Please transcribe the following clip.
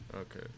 Okay